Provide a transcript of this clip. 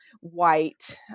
white